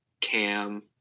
Cam